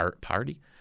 Party